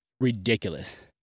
Ridiculous